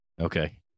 Okay